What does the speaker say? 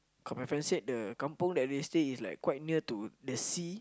cause my friend said the kampung that they stay is like quite near to the sea